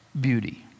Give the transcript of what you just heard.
beauty